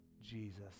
Jesus